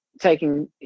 taking